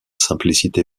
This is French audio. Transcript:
simplicité